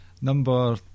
Number